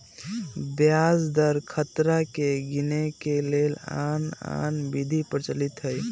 ब्याज दर खतरा के गिनेए के लेल आन आन विधि प्रचलित हइ